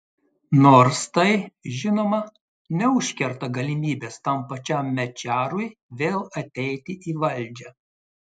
nors tai žinoma neužkerta galimybės tam pačiam mečiarui vėl ateiti į valdžią